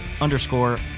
underscore